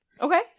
Okay